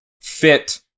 fit